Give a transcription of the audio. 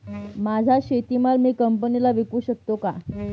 माझा शेतीमाल मी कंपनीला विकू शकतो का?